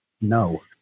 No